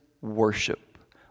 worship